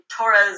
Torres